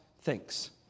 thinks